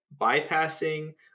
bypassing